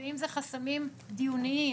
ואם זה חסמים דיוניים,